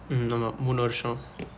mm ஆமா மூனு வருடம்:aamaa muunu varudam